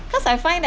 because I find that